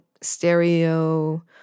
stereo